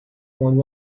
quando